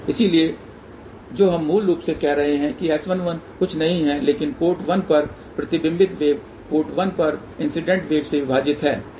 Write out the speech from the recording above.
इसलिए जो हम मूल रूप से कह रहे हैं कि S11 कुछ नहीं है लेकिन पोर्ट 1 पर प्रतिबिंबित वेव पोर्ट 1 पर इंसिडेंट वेव से विभाजित है